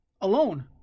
alone